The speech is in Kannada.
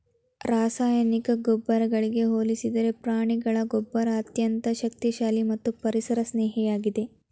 ರಾಸಾಯನಿಕ ಗೊಬ್ಬರಗಳಿಗೆ ಹೋಲಿಸಿದರೆ ಪ್ರಾಣಿಗಳ ಗೊಬ್ಬರ ಅತ್ಯಂತ ಶಕ್ತಿಶಾಲಿ ಮತ್ತು ಪರಿಸರ ಸ್ನೇಹಿಯಾಗಿದೆ